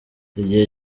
igihe